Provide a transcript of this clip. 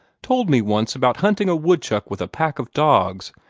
told me once about hunting a woodchuck with a pack of dogs,